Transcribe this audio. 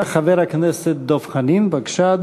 חבר הכנסת דב חנין, בבקשה,